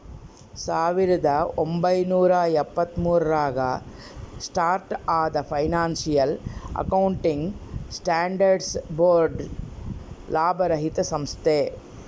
ಸಾವಿರದ ಒಂಬೈನೂರ ಎಪ್ಪತ್ತ್ಮೂರು ರಾಗ ಸ್ಟಾರ್ಟ್ ಆದ ಫೈನಾನ್ಸಿಯಲ್ ಅಕೌಂಟಿಂಗ್ ಸ್ಟ್ಯಾಂಡರ್ಡ್ಸ್ ಬೋರ್ಡ್ ಲಾಭರಹಿತ ಸಂಸ್ಥೆ